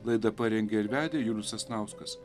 laidą parengė ir vedė julius sasnauskas